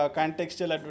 contextual